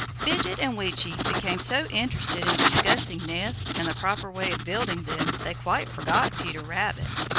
fidget and weechi became so interested in discussing nests and the proper way of building them they quite forgot peter rabbit.